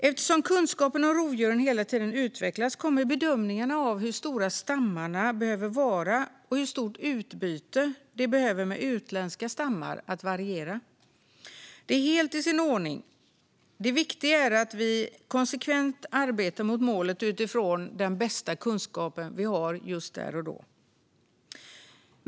Eftersom kunskapen om rovdjuren hela tiden utvecklas kommer bedömningarna av hur stora stammarna behöver vara och hur stort utbyte de behöver med utländska stammar att variera. Det är helt i sin ordning. Det viktiga är att vi konsekvent arbetar mot målet utifrån den bästa kunskap vi har just där och då.